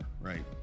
Right